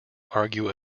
argue